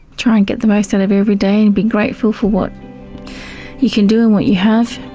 try and get the most out of every day and be grateful for what you can do and what you have.